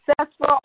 successful